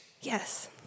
Yes